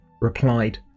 replied